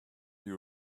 you